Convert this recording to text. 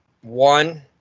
one